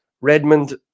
Redmond